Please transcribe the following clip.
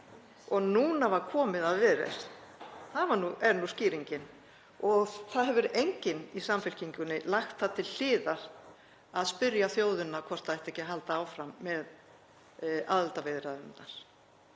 og núna var komið að Viðreisn. Það er nú skýringin. Það hefur enginn í Samfylkingunni lagt það til hliðar að spyrja þjóðina hvort það ætti ekki að halda áfram með aðildarviðræðurnar.